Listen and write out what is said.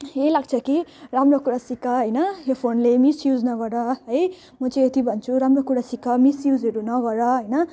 यही लाग्छ कि राम्रो कुरा सिक होइन यो फोनलाई मिसयुज नगर है म चाहिँ यति भन्छु राम्रो कुरा सिक मिसयुजहरू नगर होइन